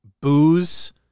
booze